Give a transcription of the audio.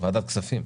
ועדת הכספים.